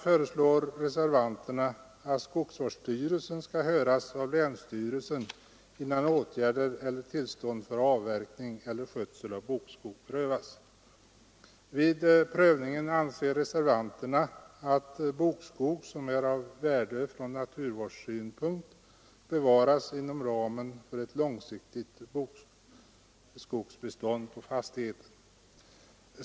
föreslår reservanterna att skogsvårdsstyrelsen skall höras av länsstyrelsen innan åtgärder eller tillstånd för avverkning eller skötsel av bokskog prövas. Vid denna prövning anser reservanterna att bokskog som är av värde från naturvårdssynpunkt skall bevaras inom ramen för ett långsiktigt bokskogsbestånd på fastigheten.